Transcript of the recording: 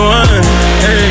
one